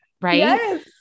right